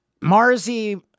Marzi